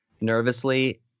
nervously